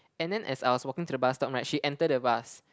and then as I was walking to the bus stop right she enter the bus